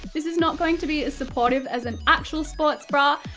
this is not going to be as supportive as an actual sports bra,